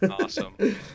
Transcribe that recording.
Awesome